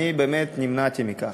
ובאמת נמנעתי מכך.